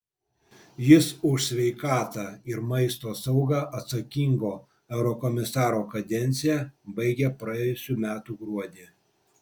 jis už sveikatą ir maisto saugą atsakingo eurokomisaro kadenciją baigė praėjusių metų gruodį